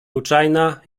ruczajna